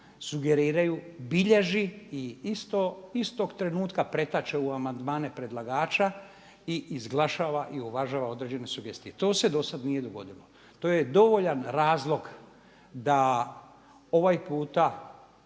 sugeriraju bilježi i istog trenutka pretače u amandmane predlagača i izglašava i uvažava određene sugestije. To se do sad nije dogodilo. To je dovoljan razlog da ovaj puta